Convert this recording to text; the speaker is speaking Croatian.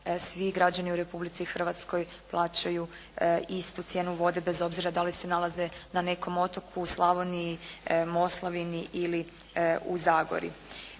svi građani u Republici Hrvatskoj plaćaju istu cijenu vode bez obzira da li se nalaze na nekom otoku, u Slavoniji, Moslavini ili u Zagori.